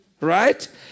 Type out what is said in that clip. right